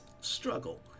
struggle